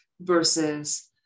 versus